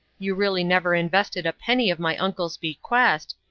you really never invested a penny of my uncle's bequest,